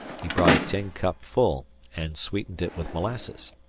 he brought a tin cup full and sweetened it with molasses.